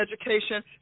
education